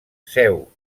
seu